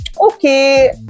okay